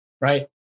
right